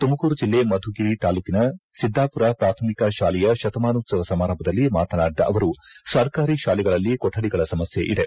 ತುಮಕೂರು ಜಿಲ್ಲೆ ಮಧುಗಿರಿ ತಾಲ್ಲೂಕಿನ ಸಿದ್ದಾಪುರ ಪ್ರಾಥಮಿಕ ಶಾಲೆಯ ಶತಮಾನೋತ್ಸವ ಸಮಾರಂಭದಲ್ಲಿ ಮಾತನಾಡಿದ ಅವರು ಸರ್ಕಾರಿ ಶಾಲೆಗಳಲ್ಲಿ ಕೊಠಡಿಗಳ ಸಮಸ್ನೆ ಇದೆ